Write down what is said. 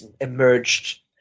emerged